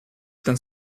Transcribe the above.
ten